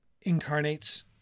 Incarnates